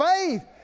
faith